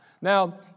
now